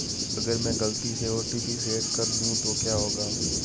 अगर मैं गलती से ओ.टी.पी शेयर कर दूं तो क्या होगा?